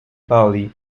bali